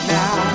now